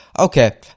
Okay